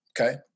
okay